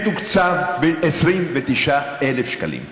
מתוקצב ב-29,000 שקלים.